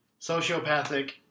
sociopathic